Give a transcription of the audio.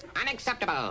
Unacceptable